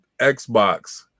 Xbox